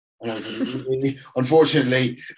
unfortunately